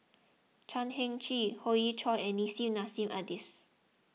Chan Heng Chee Hoey Choo and Nissim Nassim Adis